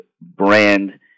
brand